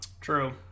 True